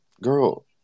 Girl